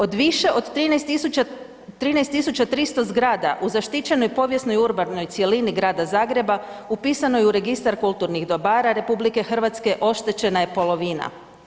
Od više od 13 300 zgrada u zaštićenoj povijesnoj urbanoj cjelini Grada Zagreba upisano je u registar kulturnih dobara RH oštećena je polovina.